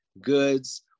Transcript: goods